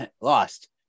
lost